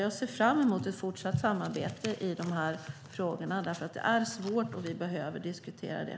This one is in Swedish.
Jag ser fram emot ett fortsatt samarbete i dessa frågor, för det är svårt och vi behöver diskutera det.